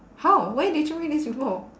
how where did you read this info